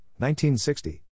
1960